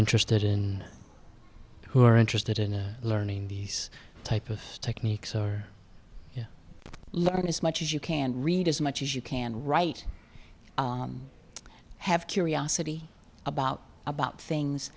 interested in who are interested in learning these type of techniques or learn as much as you can read as much as you can write i have curiosity about about things